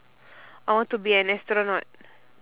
I want to be an astronaut